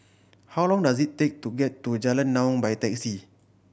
how long does it take to get to Jalan Naung by taxi